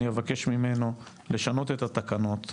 אני אבקש ממנו לשנות את התקנות.